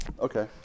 Okay